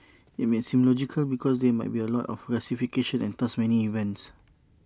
IT may seem logical because there might be A lot of classifications and thus many events